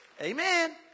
Amen